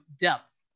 depth